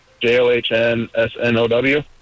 J-O-H-N-S-N-O-W